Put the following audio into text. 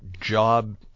job